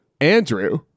Andrew